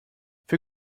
für